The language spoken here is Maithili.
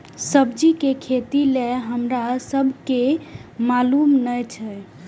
सब्जी के खेती लेल हमरा सब के मालुम न एछ?